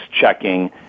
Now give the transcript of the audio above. checking